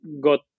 got